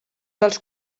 dels